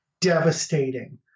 devastating